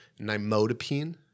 nimodipine